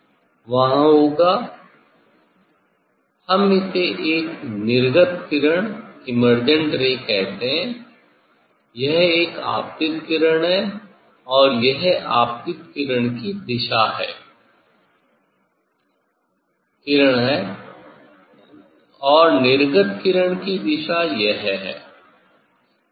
वहां होगा हम इसे एक निर्गत किरण कहते हैं यह एक आपतित किरण है यह आपतित किरण की दिशा है किरण यह है और निर्गत किरण की दिशा यह है